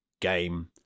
game